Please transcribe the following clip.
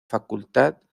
facultad